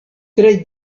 tre